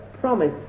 promise